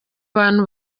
bantu